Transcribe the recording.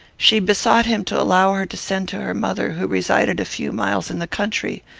she besought him to allow her to send to her mother, who resided a few miles in the country,